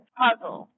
puzzle